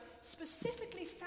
specifically